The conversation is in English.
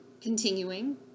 continuing